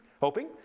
Hoping